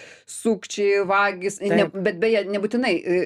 sukčiai vagys bet beje nebūtinai